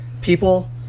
people